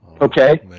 Okay